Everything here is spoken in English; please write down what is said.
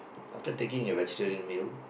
after taking a vegetarian meal